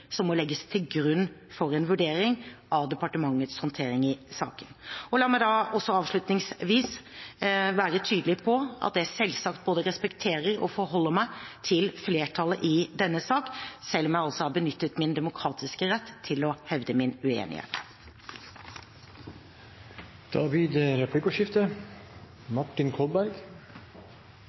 som må legges til grunn for en vurdering av departementets håndtering i saken. La meg også avslutningsvis være tydelig på at jeg selvsagt både respekterer og forholder meg til flertallet i denne saken, selv om jeg har benyttet min demokratiske rett til å hevde min uenighet. Det blir replikkordskifte.